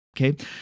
Okay